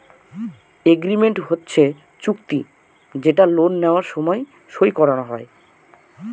agreement হচ্ছে চুক্তি যেটা লোন নেওয়ার সময় সই করানো হয়